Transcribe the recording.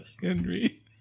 Henry